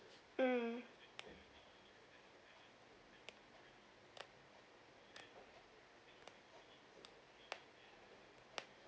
mm